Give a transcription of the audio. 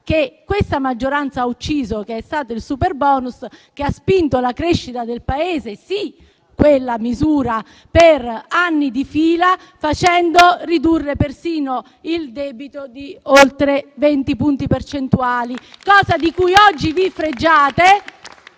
che questa maggioranza ha ucciso, cioè il superbonus, che ha spinto la crescita del Paese (sì, quella misura) per anni di fila, facendo ridurre persino il debito di oltre 20 punti percentuali, cosa di cui oggi vi fregiate,